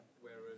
Whereas